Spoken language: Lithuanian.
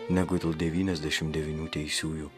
negu tų devyniasdešim devynių teisiųjų